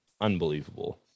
unbelievable